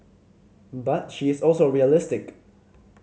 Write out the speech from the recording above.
but she is also realistic